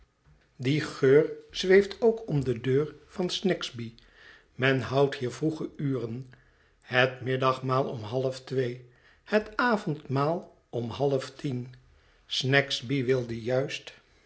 die geur zweeft ook om de deur van snagsby men houdt hier vroege uren het middagmaal om half twee het avondmaal om half tien snagsby wilde juist